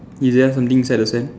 is there something inside the sand